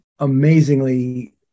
amazingly